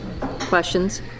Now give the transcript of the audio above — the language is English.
questions